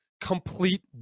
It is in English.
complete